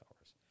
hours